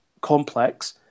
complex